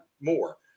more